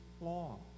long